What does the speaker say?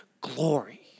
glory